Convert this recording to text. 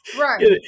Right